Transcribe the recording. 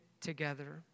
together